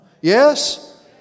Yes